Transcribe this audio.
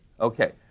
Okay